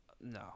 no